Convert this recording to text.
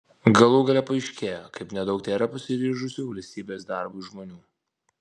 galų gale paaiškėjo kaip nedaug tėra pasiryžusių valstybės darbui žmonių